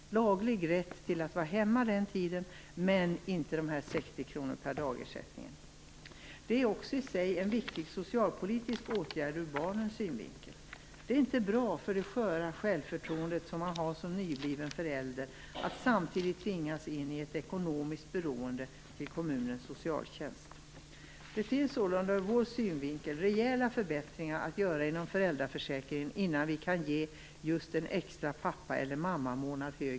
Det skall finnas en laglig rätt att vara hemma under den tiden, men ersättningen om 60 kr per dag tas alltså bort. Detta är också i sig en viktig socialpolitisk åtgärd ur barnens synvinkel. Det är inte bra för det sköra självförtroende som man som nybliven förälder har att tvingas in i ett ekonomiskt beroende av kommunens socialtjänst. Det går alltså att göra rejäla förbättringar inom föräldraförsäkringen innan vi kan ge högre ersättning för just en extra pappa eller mammamånad.